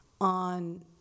on